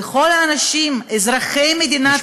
וכל האנשים אזרחי מדינת ישראל,